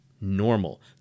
normal